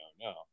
no